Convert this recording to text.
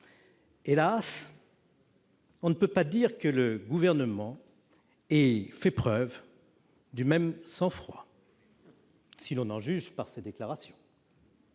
Las, on ne peut dire que le Gouvernement ait fait preuve du même sang-froid si l'on en juge par ses déclarations